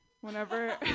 Whenever